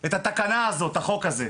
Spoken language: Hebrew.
את החוק הזה.